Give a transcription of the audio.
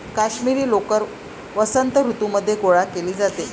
काश्मिरी लोकर वसंत ऋतूमध्ये गोळा केली जाते